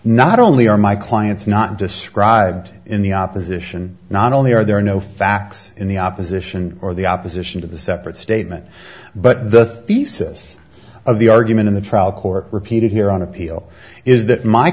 not only are my clients not described in the opposition not only are there no facts in the opposition or the opposition to the separate statement but the thesis of the argument in the trial court repeated here on appeal is that my